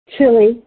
chili